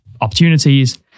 opportunities